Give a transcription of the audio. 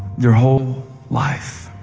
your whole life?